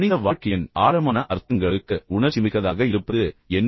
மனித வாழ்க்கையின் ஆழமான அர்த்தங்களுக்கு உணர்ச்சிமிக்கதாக இருப்பது என்ன